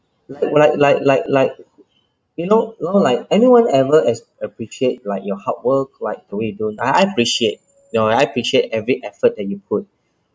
like like like like like you know you know like anyone ever has appreciate like your hard work like the way you do I appreciate you know I appreciate every effort that you put